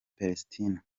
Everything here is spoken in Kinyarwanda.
palestine